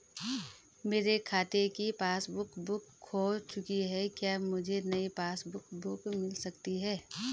मेरे खाते की पासबुक बुक खो चुकी है क्या मुझे नयी पासबुक बुक मिल सकती है?